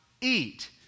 eat